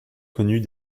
connut